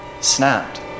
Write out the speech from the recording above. snapped